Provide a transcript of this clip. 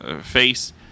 face